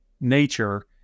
nature